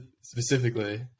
specifically